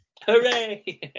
Hooray